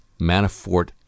Manafort